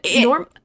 norm